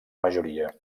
majoria